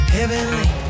Heavenly